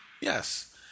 Yes